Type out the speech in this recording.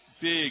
big